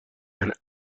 and